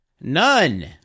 None